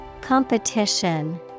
competition